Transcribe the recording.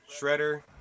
Shredder